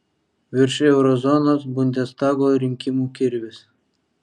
virš euro zonos bundestago rinkimų kirvis